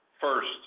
First